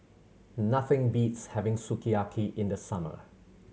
nothing beats having Sukiyaki in the summer